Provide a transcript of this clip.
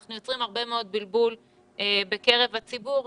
אנחנו יוצרים הרבה מאוד בלבול בקרב הציבור.